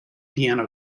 piano